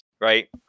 right